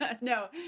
No